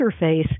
interface